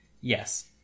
Yes